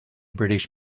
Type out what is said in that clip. british